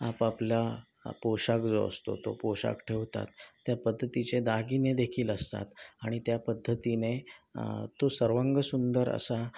आपापला पोशाख जो असतो तो पोशाख ठेवतात त्या पद्धतीचे दागिनेदेखील असतात आणि त्या पद्धतीने तो सर्वांगसुंदर असा